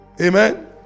amen